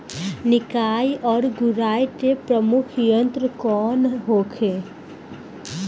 निकाई और गुड़ाई के प्रमुख यंत्र कौन होखे?